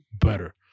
better